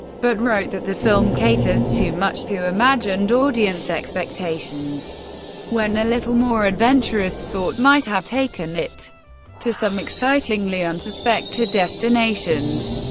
but wrote that the film caters too much to imagined audience expectations when a little more adventurous thought might have taken it to some excitingly unsuspected destinations.